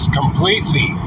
completely